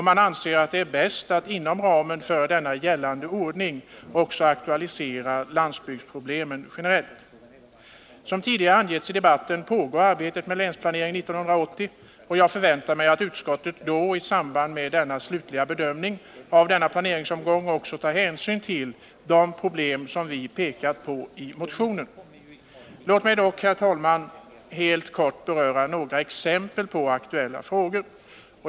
Man anser det bäst att inom ramen för denna gällande ordning aktualisera landsbygdsproblemen generellt. Som tidigare angetts i debatten pågår arbetet med Länsplanering 80, och jag förväntar mig att utskottet i samband med den slutliga bedömningen av denna planeringsomgång också tar hänsyn till de problem vi pekat på i motionen. Låt mig dock, herr talman, helt kort beröra några aktuella frågor.